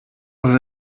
das